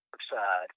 side